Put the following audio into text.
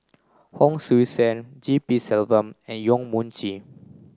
Hon Sui Sen G P Selvam and Yong Mun Chee